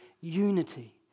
unity